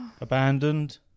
Abandoned